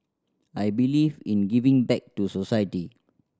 I believe in giving back to society